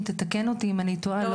תתקן אותי אם אני טועה.